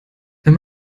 wenn